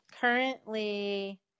currently